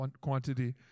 quantity